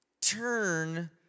turn